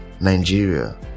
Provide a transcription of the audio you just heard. nigeria